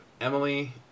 Emily